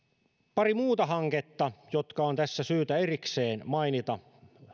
pari muuta hanketta jotka on tässä syytä erikseen mainita